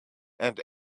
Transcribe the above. and